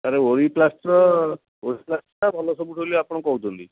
ତାହେଲେ ଓରିପ୍ଲାଷ୍ଟର ଓରିପ୍ଲାଷ୍ଟରଟା ଭଲ ସବୁଠାରୁ ବୋଲି ଆପଣ କହୁଛନ୍ତି